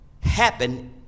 Happen